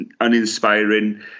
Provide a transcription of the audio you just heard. uninspiring